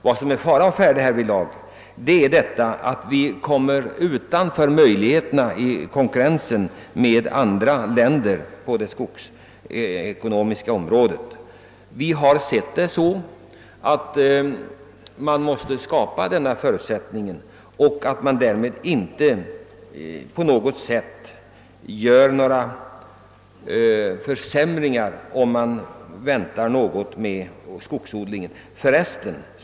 Vad som är fara härvidlag är att vi ställs utanför möjligheterna att konkurrera med andra länder på det skogsekonomiska området. Vi har sett saken så att denna förutsättning måste skapas. Så är inte fallet om man väntar med skogsodlingen på åkermark.